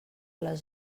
les